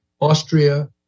Austria